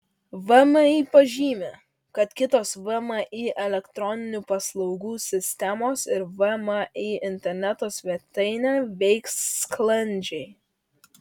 vmi pažymi kad kitos vmi elektroninių paslaugų sistemos ir vmi interneto svetainė veiks sklandžiai